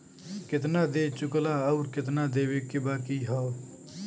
केतना दे चुकला आउर केतना देवे के बाकी हौ